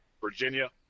Virginia